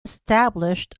established